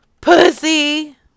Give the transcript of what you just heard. Pussy